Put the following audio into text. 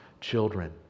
children